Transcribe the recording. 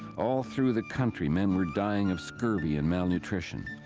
all through the country men were dying of scurvy and malnutrition.